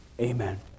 Amen